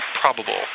probable